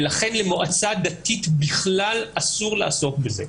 ולכן למועצה דתית בכלל אסור לעסוק בזה.